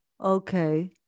Okay